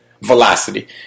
velocity